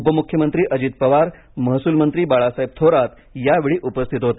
उपमुख्यमंत्री अजित पवार महसूलमंत्री बाळासाहेब थोरात यावेळी उपस्थित होते